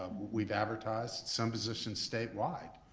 we've advertised some positions statewide.